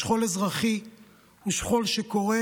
שכול אזרחי הוא שכול שקורה